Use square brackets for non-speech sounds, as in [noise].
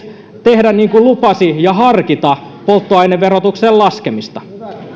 [unintelligible] tehdä niin kuin lupasi ja harkita polttoaineverotuksen laskemista